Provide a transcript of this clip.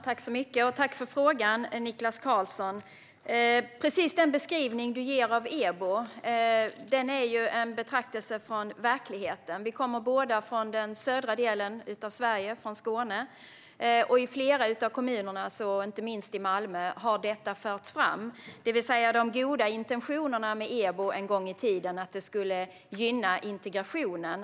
Herr talman! Tack för frågan, Niklas Karlsson! Den beskrivning du ger av EBO är en betraktelse från verkligheten. Vi kommer båda från södra delen av Sverige, från Skåne, och detta har förts fram i flera av kommunerna, inte minst i Malmö. Intentionerna med EBO var goda; det skulle gynna integrationen.